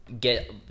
get